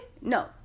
No